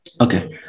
okay